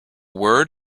word